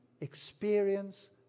experience